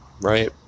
right